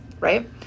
right